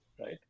right